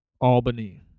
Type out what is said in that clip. Albany